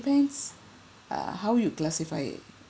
depends uh how you classify it